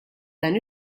dan